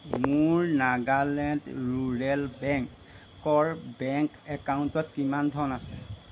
মোৰ নাগালেণ্ড ৰুৰেল বেংকৰ বেংক একাউণ্টত কিমান ধন আছে